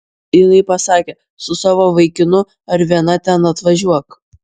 jinai pasakė su savo vaikinu ar viena ten atvažiuok